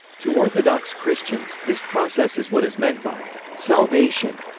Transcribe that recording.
to orthodox christians, this process is what is meant by salvation,